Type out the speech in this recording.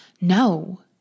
No